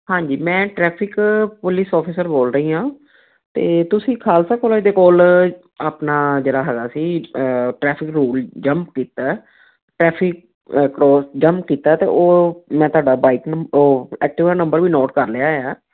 ਹਾਂਜੀ ਮੈਂ traffic police officer ਬੋਲ ਰਹੀ ਹਾਂ ਅਤੇ ਤੁਸੀਂ ਖਾਲਸਾ ਕੋਲੇਜ ਦੇ ਕੋਲ ਆਪਣਾ ਜਿਹੜਾ ਹੈਗਾ ਸੀ ਟ੍ਰੈਫਿਕ ਰੂਲ ਜੰਪ ਕੀਤਾ ਹੈ ਟ੍ਰੈਫਿਕ ਕਰੋਸ ਜੰਪ ਕੀਤਾ ਹੈ ਅਤੇ ਉਹ ਮੈਂ ਤੁਹਾਡਾ ਬਾਈਕ ਨੰਬ ਓਹ ਐਕਟਿਵਾ ਨੰਬਰ ਵੀ ਨੋਟ ਕਰ ਲਿਆ ਆ